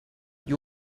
you